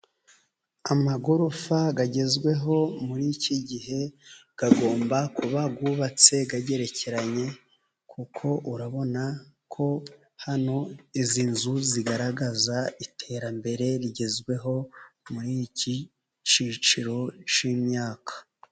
Amagorofa agezweho muri iki gihe agomba kuba yubatse agerekeranye, kuko urabonako hano izi nzu zigaragaza iterambere rigezweho muri iki cyiciro cy'imyaka.